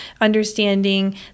understanding